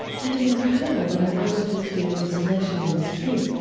that is incredible that an artist would create an installation in this tree.